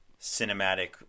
cinematic